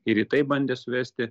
ir į tai bandė suvesti